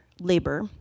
labor